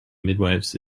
midwifes